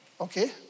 okay